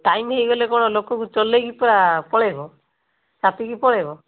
time ହୋଇଗଲେ କଣ ଲୋକକୁ ଚଲାଇକି ପୁରା ପଳାଇବ ଚାପିକି ପଳାଇବ